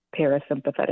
parasympathetic